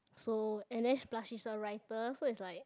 so and then plus she's a writer so it's like